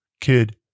Kid